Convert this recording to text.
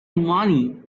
money